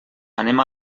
anem